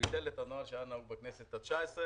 ביטל את הנוהל שהיה נהוג בכנסת התשע-עשרה